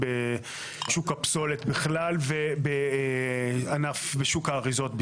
בוודאי שאנחנו יכולים להגיע לזה.